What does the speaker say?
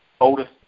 oldest